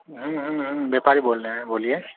हम हम हम व्यापारी बोल रहे हैं बोलिए